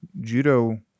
judo